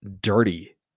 dirty